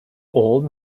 old